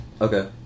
Okay